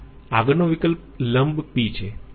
આગળનો વિકલ્પ લંબ p છે